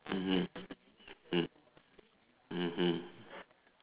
mmhmm mm mmhmm